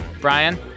brian